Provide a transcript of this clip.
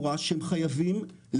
חביבי